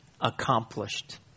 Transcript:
accomplished